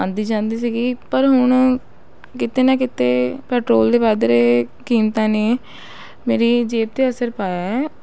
ਆਉਂਦੀ ਜਾਂਦੀ ਸੀਗੀ ਪਰ ਹੁਣ ਕਿਤੇ ਨਾ ਕਿਤੇ ਪੈਟਰੋਲ ਦੇ ਵੱਧ ਰਹੇ ਕੀਮਤਾਂ ਨੇ ਮੇਰੀ ਜੇਬ 'ਤੇ ਅਸਰ ਪਾਇਆ ਹੈ